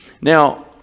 Now